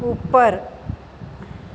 ઉપર